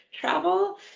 travel